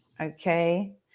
Okay